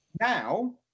Now